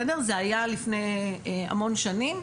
זה היה לפני המון שנים,